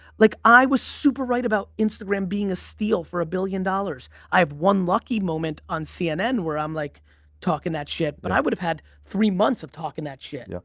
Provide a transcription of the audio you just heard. like i was super right about instagram being a steal for a billion dollars. i have one lucky moment on cnn where i'm like talking that shit but i would have had three months of talking that shit. yeah